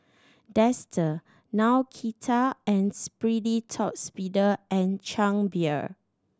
Dester Nautica and Sperry Top Sider and Chang Beer